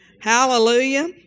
Hallelujah